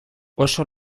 oso